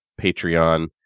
Patreon